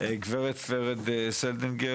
ורד איל-סלדינגר